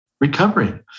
Recovering